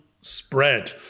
spread